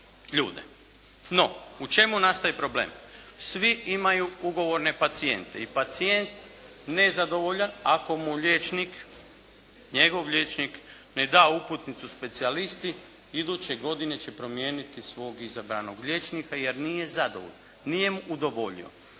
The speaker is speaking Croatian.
No, u čemu nastaje problem? Svi imaju ugovorne pacijente. I pacijent je nezadovoljan ako mu liječnik, njegov liječnik ne da uputnicu specijalisti iduće godine će promijeniti svog izabranog liječnika jer nije zadovoljan, nije mu udovoljio